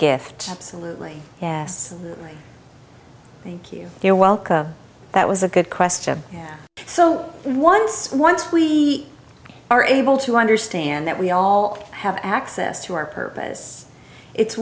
gift yes thank you you're welcome that was a good question so once once we are able to understand that we all have access to our purpose it's